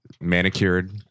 manicured